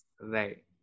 right